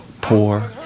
poor